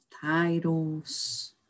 titles